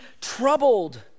troubled